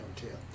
Hotel